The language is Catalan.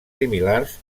similars